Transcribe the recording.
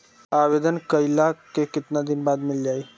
आवेदन कइला के कितना दिन बाद मिल जाई?